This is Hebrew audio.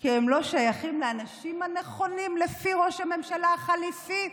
כי הם לא שייכים לאנשים הנכונים לפי ראש הממשלה החליפי?